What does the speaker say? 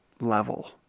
level